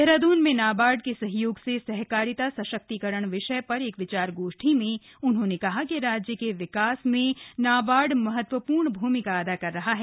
देहरादून में नाबार्ड के सहयोग से सहकारिता सशक्तिकरण विषय पर एक विचार गोष्ठी में उन्होंने कहा कि राज्य के विकास में नाबार्ड महत्वपूर्ण भूमिका अदा कर रहा है